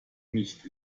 nicht